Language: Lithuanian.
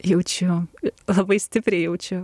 jaučiu labai stipriai jaučiu